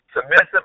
submissive